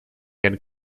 had